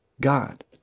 God